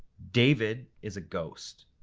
david is a ghost.